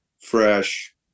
fresh